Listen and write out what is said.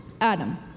Adam